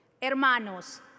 Hermanos